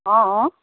অঁ অঁ